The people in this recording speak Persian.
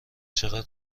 چقدر